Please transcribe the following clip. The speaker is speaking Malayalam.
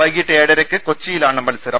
വൈകീട്ട് ഏഴരക്ക് കൊച്ചിയിലാണ് മത്സരം